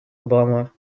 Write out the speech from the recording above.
obama